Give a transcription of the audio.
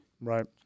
Right